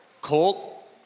Colt